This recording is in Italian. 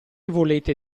volete